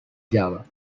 java